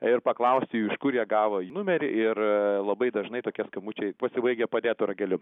ir paklausti jų iš kur jie gavo jų numerį ir labai dažnai tokie skambučiai pasibaigia padėtu rageliu